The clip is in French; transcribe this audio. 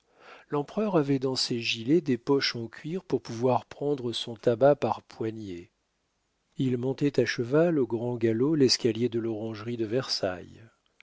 l'empereur avait dans ses gilets des poches en cuir pour pouvoir prendre son tabac par poignées il montait à cheval au grand galop l'escalier de l'orangerie de versailles